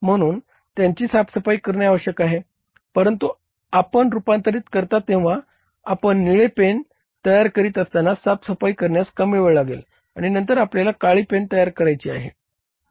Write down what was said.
म्हणून त्यांची साफसफाई करणे आवश्यक आहे परंतु आपण रूपांतरित करता तेव्हा किंवा आपण निळे पेन तयार करीत असताना साफसफाई करण्यास कमी वेळ लागेल आणि नंतर आपल्याला काळी पेन तयार करायची आहे